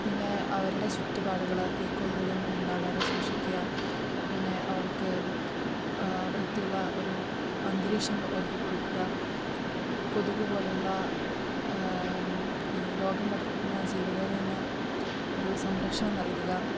പിന്നെ അവരുടെ ചുറ്റുപാടുകൾ ഈ കൊതുക് അതൊന്നും ഉണ്ടാകാതെ സൂക്ഷിക്കുക പിന്നെ അവർക്ക് വൃത്തിയുള്ള ഒരു അന്തരീക്ഷം ഒരുക്കി കൊടുക്കുക ഈ കൊതുക് പോലുള്ള ഈ രോഗം പടർത്തുന്ന ജീവികളിൽ നിന്ന് ഒരു സംരക്ഷണം നൽകുക